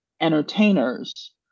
entertainers